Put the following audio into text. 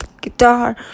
guitar